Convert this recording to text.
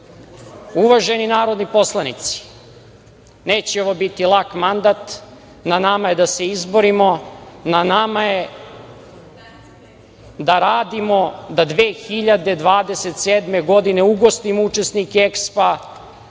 uvaženi narodni poslanici, neće ovo biti lak mandat, na nama je da se izborimo, na nama je da radimo da 2027. godine ugostimo učesnike Expo-a,